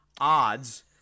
odds